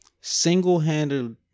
single-handed